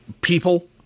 people